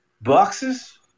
boxes